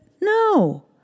no